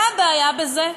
מה הבעיה בזה?